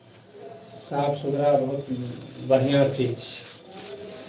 साफ सुथरा बहुत बढ़िआँ चीज छियै